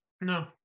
no